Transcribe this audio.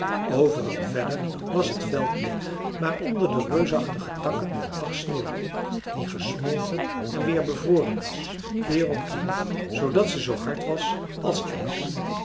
overal verder was t veld leeg maar onder de reusachtige takken lag sneeuw die gesmolten en weer bevroren was keer op keer zoodat ze zoo hard was als ijs